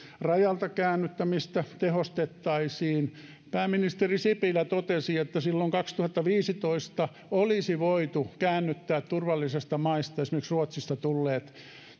rajalta käännyttämistä tehostettaisiin pääministeri sipilä totesi että silloin kaksituhattaviisitoista olisi voitu käännyttää turvallisista maista esimerkiksi ruotsista tulleet